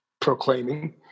proclaiming